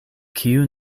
kiu